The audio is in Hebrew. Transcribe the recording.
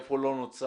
איפה לא נוצל,